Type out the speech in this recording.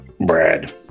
Brad